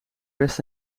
best